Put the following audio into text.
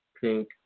Pink